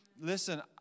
Listen